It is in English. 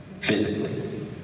physically